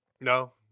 No